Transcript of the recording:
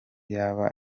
yaba